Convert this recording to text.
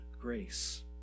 grace